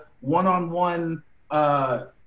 one-on-one